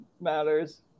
matters